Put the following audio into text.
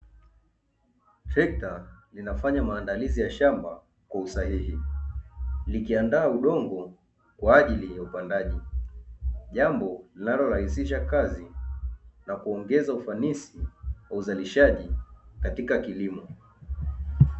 Trekta linafaanya maandalizi ya shamba kwa usahii. Likianda udongo kwa ajili ya ya upandaji. Jambo linalorahisisha kazi na kuongeza ufanisi na uzalishaji katika kilimo.